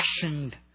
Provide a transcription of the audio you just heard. fashioned